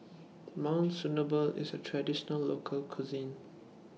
Monsunabe IS A Traditional Local Cuisine